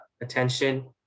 attention